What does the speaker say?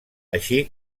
així